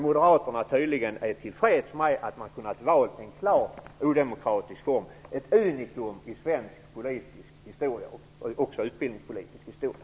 Moderaterna är tydligen till freds med att man kunnat välja en klart odemokratisk form, ett unikum i svensk utbildningspolitisk historia.